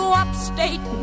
upstate